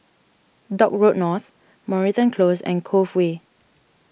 Dock Road North Moreton Close and Cove Way